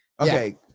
okay